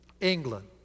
England